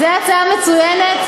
זו הצעה מצוינת.